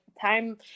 time